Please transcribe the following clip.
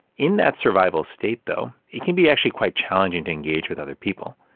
in that survival state, though, it can be actually quite challenging to engage with other people.